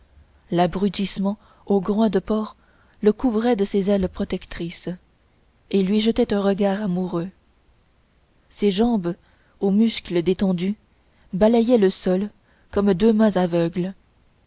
l'abrutissement au groin de porc le couvrait de ses ailes protectrices et lui jetait un regard amoureux ses jambes aux muscles détendus balayaient le sol comme deux mâts aveugles